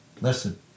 Listen